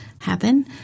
happen